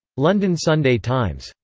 london sunday times.